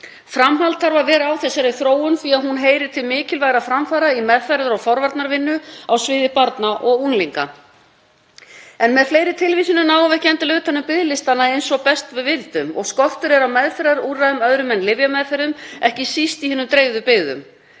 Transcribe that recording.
Framhald þarf að vera á þessari þróun því að hún heyrir til mikilvægra framfara í meðferðar- og forvarnavinnu á sviði barna og unglinga. En með fleiri tilvísunum náum við ekki endilega utan um biðlistana eins og best við vildum og skortur er á meðferðarúrræðum öðrum en lyfjameðferðum, ekki síst í hinum dreifðu byggðum.